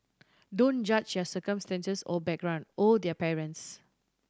don't judge their circumstances or background or their parents